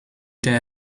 day